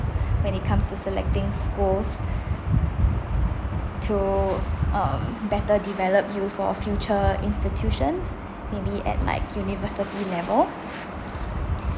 when it comes to selecting schools to um better develop you for future institutions maybe at like university level